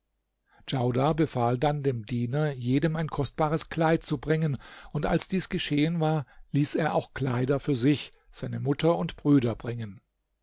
djaudar befahl dann dem diener jedem ein kostbares kleid zu bringen und als dies geschehen war ließ er auch kleider für sich seine mutter und brüder bringen